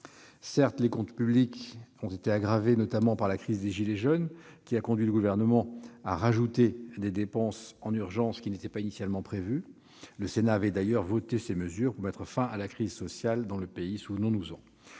Certes, les comptes publics ont été aggravés notamment par la crise des « gilets jaunes », qui a conduit le Gouvernement à ajouter en urgence des dépenses qui n'étaient pas prévues initialement. Le Sénat a d'ailleurs voté ces mesures pour mettre fin à la crise sociale dans le pays- souvenons-nous-en.